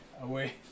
Away